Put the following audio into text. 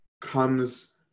comes